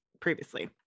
previously